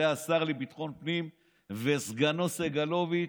זה השר לביטחון פנים וסגנו סגלוביץ',